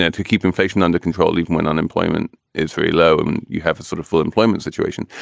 and to keep inflation under control even when unemployment is very low. and you have a sort of full employment situation.